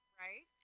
right